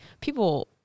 people